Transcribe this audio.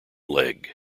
leg